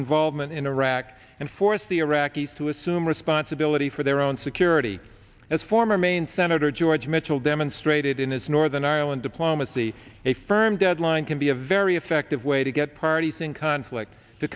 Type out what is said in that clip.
involvement in iraq and force the iraqis to assume responsibility for their own security as former maine senator george mitchell demonstrated in his northern ireland diplomacy a firm deadline can be a very effective way to get parties in conflict to